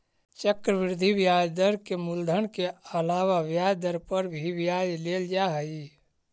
चक्रवृद्धि ब्याज दर में मूलधन के अलावा ब्याज पर भी ब्याज लेल जा हई